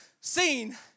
seen